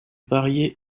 variée